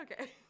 okay